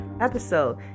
episode